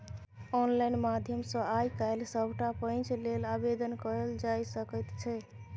online माध्यम सँ आय काल्हि सभटा पैंच लेल आवेदन कएल जाए सकैत छै